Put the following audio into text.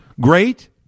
Great